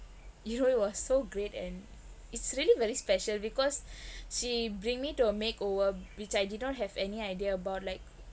it really was so great and it's really very special because she bring me to a makeover which I did not have any idea about like